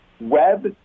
web